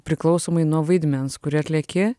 priklausomai nuo vaidmens kurį atlieki